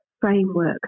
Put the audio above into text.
framework